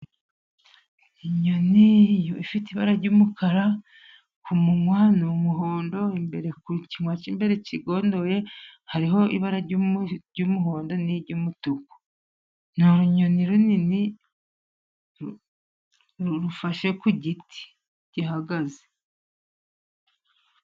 Inyoni ifite ibara ry'umukara, ku munwa n'umuhondo, imbere ku kinwa cy'imbere kigondoye hariho ibara ry'umuhondo n'iry'umutuku. Ni urunyoni runini rufashe ku giti gihagaze.